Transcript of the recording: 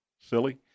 silly